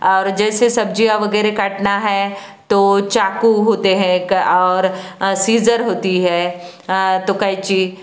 और जैसे सब्जियां वगैरह काटना है तो चाकू होते है और सिजर होती है तो कैची